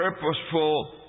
purposeful